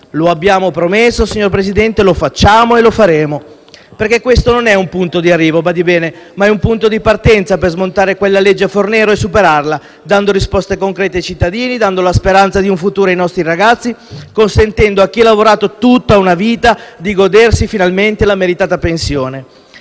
lo abbiamo promesso, lo facciamo e lo faremo. Perché questo non è un punto di arrivo, si badi bene, ma un punto di partenza per smontare la legge Fornero e superarla, dando risposte concrete ai cittadini, dando la speranza di un futuro ai nostri ragazzi, consentendo a chi ha lavorato tutta la vita di godersi finalmente la meritata pensione.